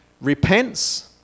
repents